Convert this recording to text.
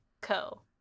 co